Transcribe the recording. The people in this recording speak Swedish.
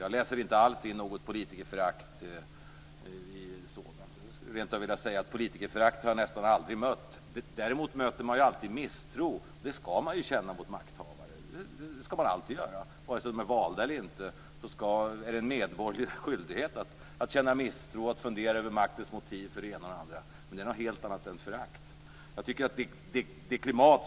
Jag läser inte alls in något politikerförakt i sådant. Jag skulle rent av vilja säga att jag nästan aldrig har mött politikerförakt. Däremot möter man alltid misstro. Det skall man känna mot makthavare. Det skall man alltid göra. Vare sig de är valda eller inte är det en medborgerlig skyldighet att känna misstro och att fundera över maktens motiv för det ena eller det andra. Men det är något helt annat än förakt.